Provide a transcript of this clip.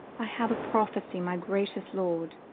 i have a prophecy, my gracious lord,